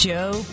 Joe